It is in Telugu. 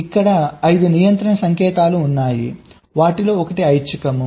ఇక్కడ 5 నియంత్రణ సంకేతాలు ఉన్నాయి వాటిలో ఒకటి ఐచ్ఛికం